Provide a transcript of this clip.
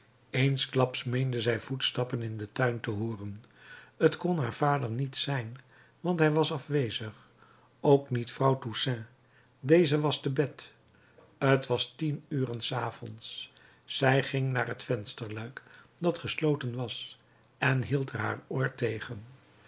eensklaps meende zij voetstappen in den tuin te hooren t kon haar vader niet zijn want hij was afwezig ook niet vrouw toussaint deze was te bed t was tien uren s avonds zij ging naar het vensterluik dat gesloten was en hield er haar oor tegen